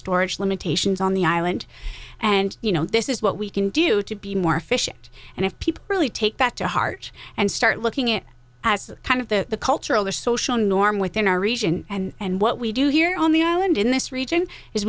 storage limitations on the island and you know this is what we can do to be more efficient and if people really take that to heart and start looking it has kind of the cultural or social norm within our region and what we do here on the island in this region is